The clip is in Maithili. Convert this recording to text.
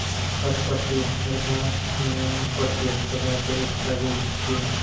कर प्रतिस्पर्धा नियामक प्रतिस्पर्धा के एकटा रूप छियै